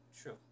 true